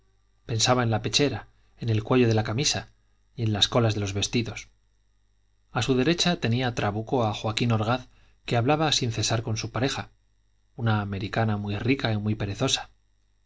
pensaba en la pechera en el cuello de la camisa y en las colas de los vestidos a su derecha tenía trabuco a joaquín orgaz que hablaba sin cesar con su pareja una americana muy rica y muy perezosa